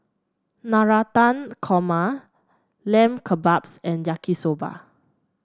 Navratan Korma Lamb Kebabs and Yaki Soba